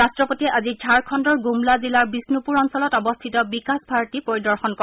ৰট্টপতিয়ে আজি ঝাৰখণ্ডৰ গুমলা জিলাৰ বিষ্ণুপুৰ অঞ্চলত অৱস্থিত বিকাশ ভাৰতী পৰিদৰ্শন কৰে